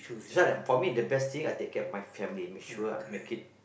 that's why for me the best thing I take care of my family make sure I make it